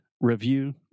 review